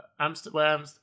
Amsterdam